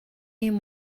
needs